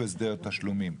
הסדר תשלומים